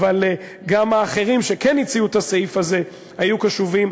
אבל גם האחרים שכן הציעו את הסעיף הזה היו קשובים.